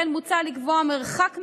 מוצע לקבוע מרחק מינימלי,